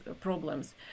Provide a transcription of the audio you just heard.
problems